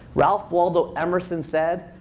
ralph waldo emerson said,